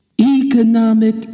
Economic